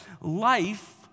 life